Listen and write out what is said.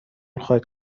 خواهد